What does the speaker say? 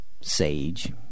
sage